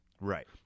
right